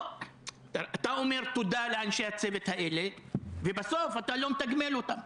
אתה אומר תודה לאנשי הצוות האלה ובסוף אתה לא מתגמל אותם.